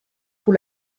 pour